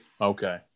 Okay